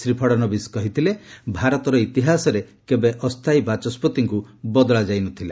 ଶ୍ରୀ ଫଡ଼ଶବିସ୍ କହିଥିଲେ ଭାରତର ଇତିହାସରେ କେବେ ଅସ୍ଥାୟୀ ବାଚସ୍ୱତିଙ୍କୁ ବଦଳାଯାଇ ନଥିଲା